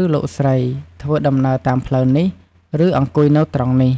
ឬលោកស្រី ធ្វើដំណើរតាមផ្លូវនេះ ឬអង្គុយនៅត្រង់នេះ"។